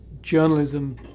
journalism